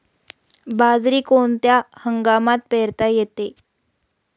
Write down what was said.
बाजरी कोणत्या हंगामात पेरता येते?